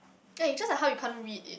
ya it's just like how you can't read it